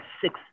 six